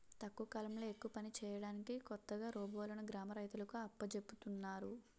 తక్కువ కాలంలో ఎక్కువ పని చేయడానికి కొత్తగా రోబోలును గ్రామ రైతులకు అప్పజెపుతున్నారు